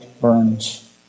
burns